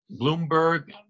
Bloomberg